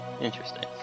Interesting